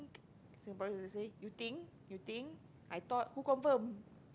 Singaporeans like to say you think you think I thought who confirm